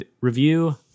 Review